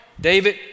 David